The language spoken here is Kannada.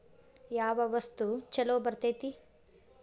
ಯಾವ ವಸ್ತು ಛಲೋ ಬರ್ತೇತಿ?